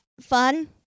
fun